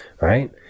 right